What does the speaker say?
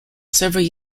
several